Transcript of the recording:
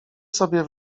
sobie